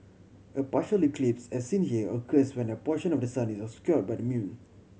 a partially eclipse as seen here occurs when a portion of the sun is obscured by the moon